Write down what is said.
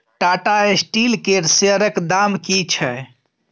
Tata Steel केर शेयरक दाम की छै?